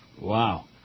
Wow